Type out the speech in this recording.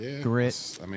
grit